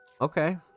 Okay